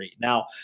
Now